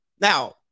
now